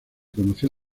conocía